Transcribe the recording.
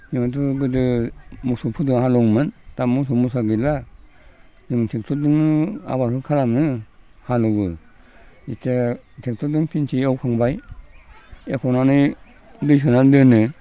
बेयावथ' गोदो मोसौफोरदो हालएवमोन दा मोसौ मोसा गैला जों ट्रेक्टरजों आबादखौ खालामो हालएवो जितिया ट्रेक्टरजों खनसे एवखांबाय एवखांनानै दै सोनानै दोनो